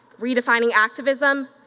redefining activism,